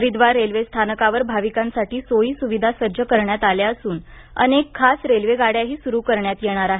हरिद्वार रेल्वेस्थानकावर भाविकांसाठी सोयी सूविधा सज्ज करण्यात आल्या असून अनेक खास रेल्वेगाड्याही सुरू करण्यात येणार आहेत